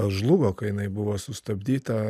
žlugo kai jinai buvo sustabdyta